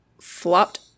flopped